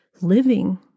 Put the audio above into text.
living